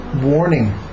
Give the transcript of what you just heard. warning